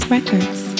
Records